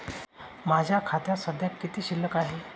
माझ्या खात्यात सध्या किती शिल्लक आहे?